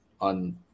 on